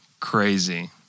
Crazy